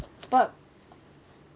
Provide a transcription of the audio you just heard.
but